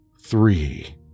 three